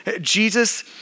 Jesus